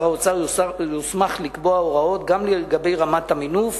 האוצר יוסמך לקבוע הוראות גם לגבי רמת המינוף